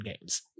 games